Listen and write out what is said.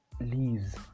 leaves